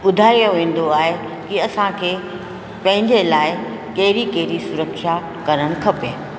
ॿुधायो वेंदो आहे की असांखे पंहिंजे लाइ कहिड़ी कहिड़ी सुरक्षा करणु खपे